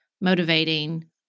motivating